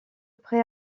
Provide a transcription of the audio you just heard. près